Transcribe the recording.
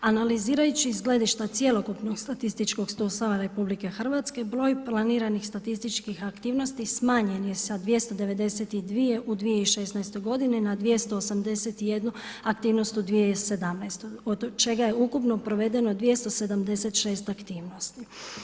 Analizirajući iz gledišta cjelokupnog statističkog sustava RH broj planiranih statističkih aktivnosti smanjen je s 292 u 2016 godini, na 281 aktivnost u 2017. od čega je ukupno provedeno 276 aktivnosti.